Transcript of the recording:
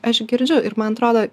aš girdžiu ir man atrodo